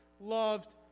loved